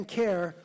care